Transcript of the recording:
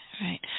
right